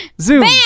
Zoom